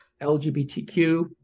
LGBTQ